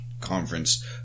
Conference